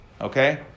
Okay